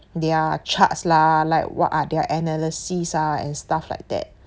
their charts lah like what are their analysis ah and stuff like that